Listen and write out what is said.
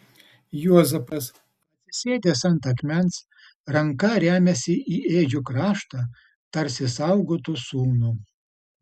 juozapas atsisėdęs ant akmens ranka remiasi į ėdžių kraštą tarsi saugotų sūnų